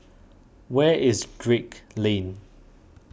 where is Drake Lane